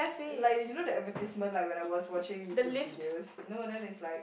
like you know the advertisement like when I was watching YouTube videos no then is like